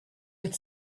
with